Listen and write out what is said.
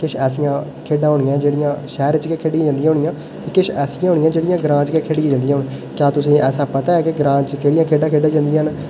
किश ऐसियां खेढां होनियां जेह्ड़ियां शैह्रें च गै खेढियां जंदियां न किश ऐसियां होनियां जेह्ड़ियां ग्रांऽ च गै खेढी जंदियां होन जां तुसें ऐसा पता ऐ कि ग्रांऽ च केह्ड़ी खेढां खेढी जंदियां न